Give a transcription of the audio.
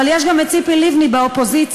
אבל יש גם ציפי לבני באופוזיציה,